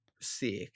sick